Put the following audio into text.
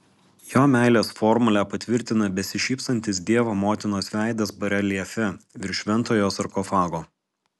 jo meilės formulę patvirtina besišypsantis dievo motinos veidas bareljefe virš šventojo sarkofago